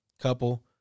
couple